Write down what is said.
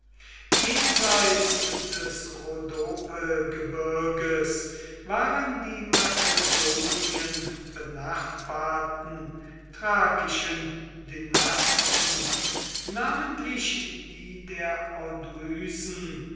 jenseits des rhodopegebirges waren die makedonien benachbarten thrakischen dynasten namentlich die der